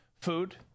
food